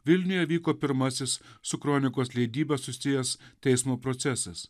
vilniuje vyko pirmasis su kronikos leidyba susijęs teismo procesas